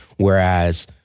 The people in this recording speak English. Whereas